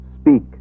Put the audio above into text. speak